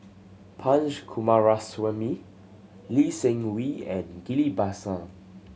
Punch Coomaraswamy Lee Seng Wee and Ghillie Basan